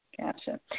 Gotcha